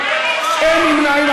נא לסיים.